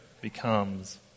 becomes